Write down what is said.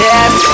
Yes